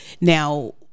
Now